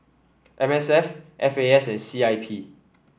M S F F A S C I P